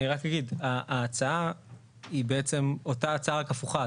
אני רק אגיד, ההצעה הי בעצם אותה הצעה רק הפוכה.